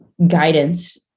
Guidance